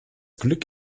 glück